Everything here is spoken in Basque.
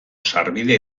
sarbide